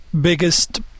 biggest